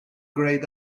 grayed